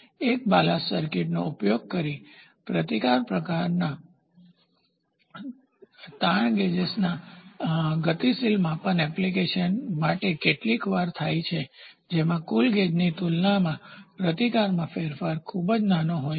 એક બાલ્સ્ટ સર્કિટનો ઉપયોગ પ્રતિકાર પ્રકારનાં તાણ ગેજેસના ગતિશીલ માપન એપ્લિકેશન માટે કેટલીકવાર થાય છે જેમાં કુલ ગેજની તુલનામાં પ્રતિકારમાં ફેરફાર ખૂબ જ નાનો હોય છે